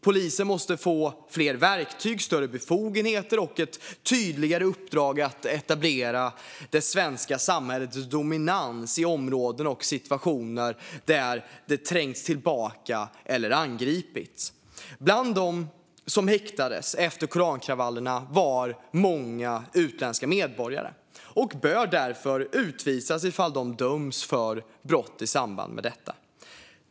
Polisen måste få fler verktyg, större befogenheter och ett tydligare uppdrag att etablera det svenska samhällets dominans i områden och situationer där det trängts tillbaka eller angripits. Bland dem som häktades efter korankravallerna var många utländska medborgare och bör därför utvisas ifall de döms för brott i samband med detta.